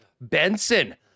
Benson